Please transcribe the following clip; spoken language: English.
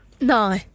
No